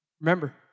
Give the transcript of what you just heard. Remember